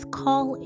call